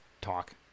talk